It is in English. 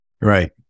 right